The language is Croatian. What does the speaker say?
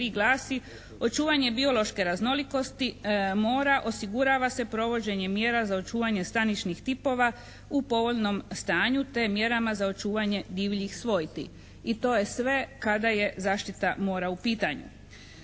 glasi: "Očuvanje biološke raznolikosti mora osigurava se provođenjem mjera za očuvanje stanišnih tipova u povoljnom stanju te mjerama za očuvanje divljih svojti." i to je sve kada je zaštita mora u pitanju.